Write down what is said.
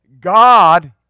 God